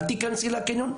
אל תכנסי לקניון,